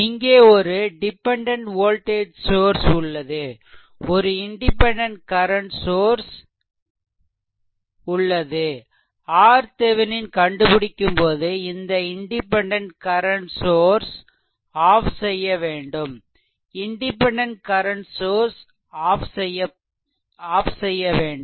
இங்கே ஒரு dependent voltage source உள்ளது ஒரு இண்டிபெண்டென்ட் கரன்ட் சோர்ஸ்RThevenin கண்டுபிடிக்கும்போது இந்த இண்டிபெண்டென்ட் கரன்ட் சோர்ஸ்ஆஃப் செய்யவேண்டும் இண்டிபெண்டென்ட் கரன்ட் சோர்ஸ்ஆஃப் செய்யவேண்டும்